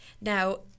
Now